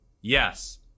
yes